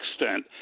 extent